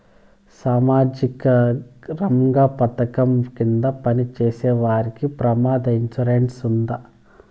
సామాజిక రంగ పథకం కింద పని చేసేవారికి ప్రమాద ఇన్సూరెన్సు ఉందా?